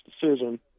decision